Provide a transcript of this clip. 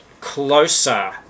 closer